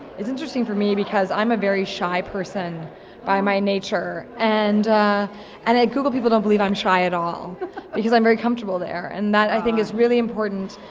it's interesting for me because i'm a very shy person by my nature and and at google people don't believe i'm shy at all because i'm very comfortable there. and that i think is really important,